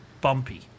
bumpy